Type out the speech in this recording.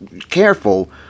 careful